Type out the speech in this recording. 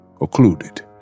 occluded